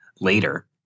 Later